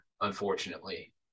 unfortunately